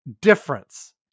difference